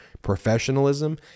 professionalism